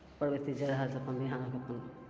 परबैती जे रहल से अपन बिहान होके अपन